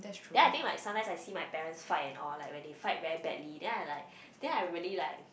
then I think like sometimes I see my parents fight and all like when they fight very badly then I like then I really like